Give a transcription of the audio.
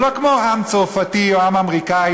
זה לא כמו העם הצרפתי או העם האמריקני,